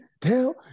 tell